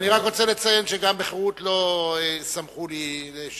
אני רק רוצה לציין שגם בחרות לא שמחו שעזבת.